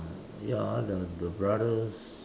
ya the the brothers